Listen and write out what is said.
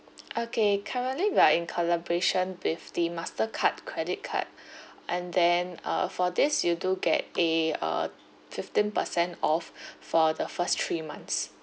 okay currently we are in collaboration with the mastercard credit card and then uh for this you do get a uh fifteen percent off for the first three months